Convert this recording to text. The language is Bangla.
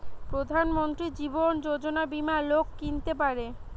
প্রধান মন্ত্রী জীবন যোজনা বীমা লোক কিনতে পারে